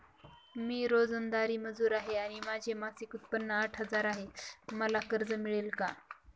मी रोजंदारी मजूर आहे आणि माझे मासिक उत्त्पन्न आठ हजार आहे, मला कर्ज मिळेल का?